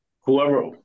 Whoever